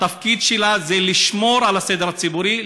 התפקיד שלה זה לשמור על הסדר הציבורי,